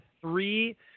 three